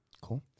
Cool